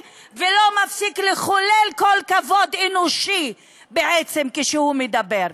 ולא מפסיק לחלל כל כבוד אנושי בעצם כשהוא מדבר.